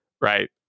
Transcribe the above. right